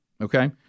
Okay